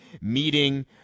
meeting